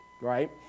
right